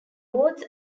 wards